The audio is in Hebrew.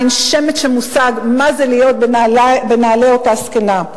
אין שמץ של מושג מה זה להיות בנעלי אותה זקנה.